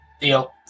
Deal